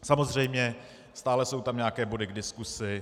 Samozřejmě stále jsou tam nějaké body k diskusi.